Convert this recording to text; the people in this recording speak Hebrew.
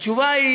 התשובה היא